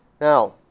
Now